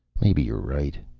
maybe you're right.